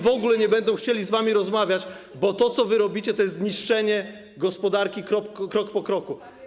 w ogóle nie będą chcieli z wami rozmawiać, bo to, co robicie, jest niszczeniem gospodarki krok po kroku.